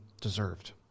deserved